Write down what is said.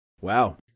wow